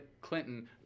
Clinton